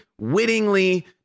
wittingly